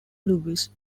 lewis